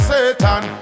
Satan